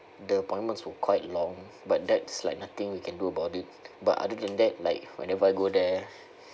the appointments were quite long but that's like nothing we can do about it but other than that like whenever I go there